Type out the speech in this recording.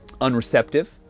unreceptive